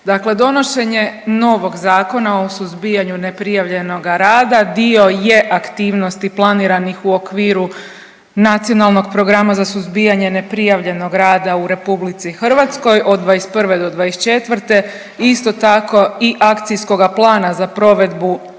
Dakle donošenje novog Zakona o suzbijanju neprijavljenoga rada dio je aktivnosti planiranih u okviru Nacionalnog programa za suzbijanje neprijavljenog rada u RH od '21. do '24., isto tako i akcijskoga plana za provedbu tog